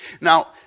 Now